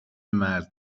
مرد